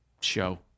show